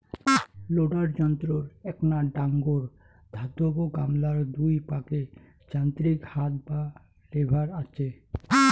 loader যন্ত্রর এ্যাকনা ডাঙর ধাতব গামলার দুই পাকে যান্ত্রিক হাত বা লেভার আচে